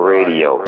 Radio